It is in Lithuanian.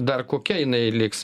dar kokia jinai liks